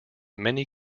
many